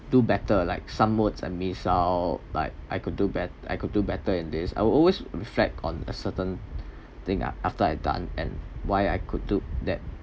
do better like some modes and miss out but I could do bet~ I could do better in this I will always reflect on a certain thing ah after I done and why I could do that